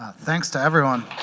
thanks to everyone.